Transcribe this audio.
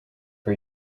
for